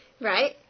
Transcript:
right